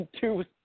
two